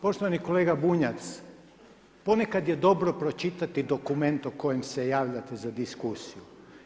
Poštovani kolega Bunjac, ponekad je dobro pročitati dokument o kojem se javljate za diskusiju.